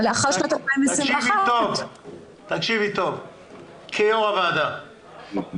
לאחר שנת 2021. כיושב-ראש הוועדה אני אומר,